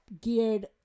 geared